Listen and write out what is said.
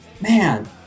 man